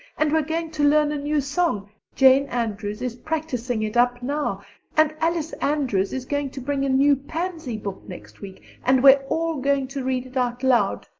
and we're going to learn a new song jane andrews is practicing it up now and alice andrews is going to bring a new pansy book next week and we're all going to read it out loud,